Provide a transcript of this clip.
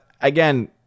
Again